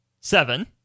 Seven